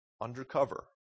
undercover